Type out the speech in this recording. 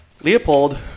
Leopold